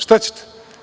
Šta ćete?